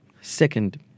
Second